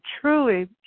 truly